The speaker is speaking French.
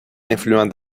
influents